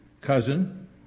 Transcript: cousin